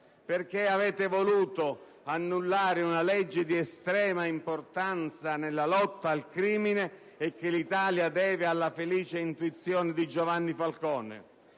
Perché avete voluto annullare una legge di estrema importanza nella lotta al crimine e che l'Italia deve alla felice intuizione di Giovanni Falcone?